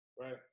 right